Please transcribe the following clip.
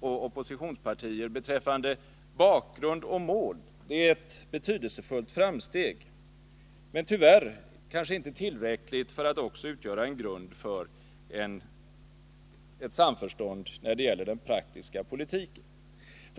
oppositionspartier beträffande bakgrund och mål är ett betydelsefullt framsteg men tyvärr kanske inte tillräckligt för att också utgöra en grund för ett samförstånd när det gäller den praktiska politiken.